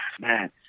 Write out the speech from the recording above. man